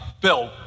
bill